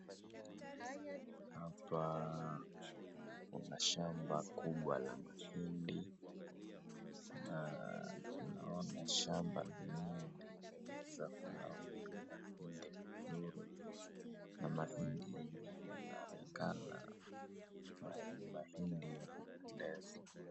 Hapa kuna shamba kubwa la mahindi na tunaona shamba lenyewe limeweza kunawiri mahindi nzuri na mahindi yenyewe inaonekana ni mahindi ya kupendeza.